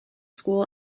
school